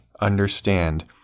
understand